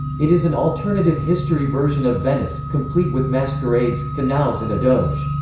it is an alternative-history version of venice, complete with masquerades, canals and a doge.